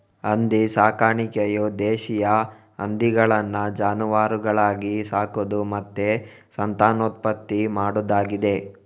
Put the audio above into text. ಹಂದಿ ಸಾಕಾಣಿಕೆಯು ದೇಶೀಯ ಹಂದಿಗಳನ್ನ ಜಾನುವಾರುಗಳಾಗಿ ಸಾಕುದು ಮತ್ತೆ ಸಂತಾನೋತ್ಪತ್ತಿ ಮಾಡುದಾಗಿದೆ